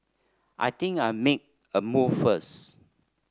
I think I'll make a move first